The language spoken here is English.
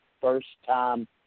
first-time